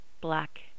black